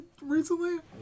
recently